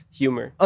humor